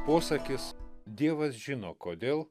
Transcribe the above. posakis dievas žino kodėl